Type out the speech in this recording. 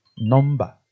Number